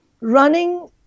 running